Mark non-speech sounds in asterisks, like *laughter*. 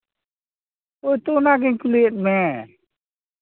*unintelligible* ᱚᱱᱟᱜᱤᱧ ᱠᱩᱞᱤᱭᱮᱫ ᱢᱮ